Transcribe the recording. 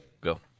Go